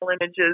images